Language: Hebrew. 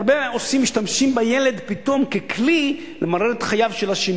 הרבה משתמשים פתאום בילד ככלי למרר את חייו של השני,